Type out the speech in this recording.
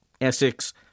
Essex